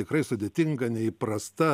tikrai sudėtinga neįprasta